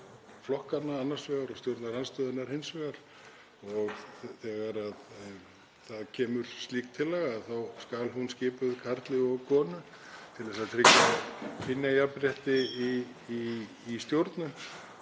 stjórnarflokkanna annars vegar og stjórnarandstöðunnar hins vegar. Þegar það kemur slík tillaga þá skal hún skipuð karli og konu til að tryggja kynjajafnrétti í stjórnum